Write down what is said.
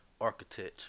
Architecture